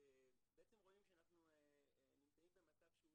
בעצם רואים שאנחנו נמצאים במצב שהוא